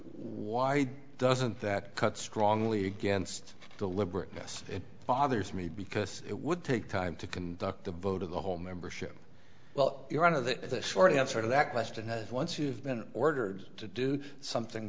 why doesn't that cut strongly against deliberateness it bothers me because it would take time to conduct the vote of the whole membership well you're out of the short answer to that question as once you've been ordered to do something